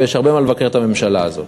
ויש הרבה מה לבקר את הממשלה הזאת.